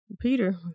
Peter